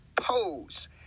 pose